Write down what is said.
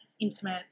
intimate